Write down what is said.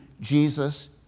Jesus